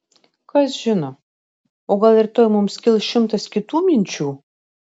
kas žino o gal rytoj mums kils šimtas kitų minčių